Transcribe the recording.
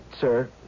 sir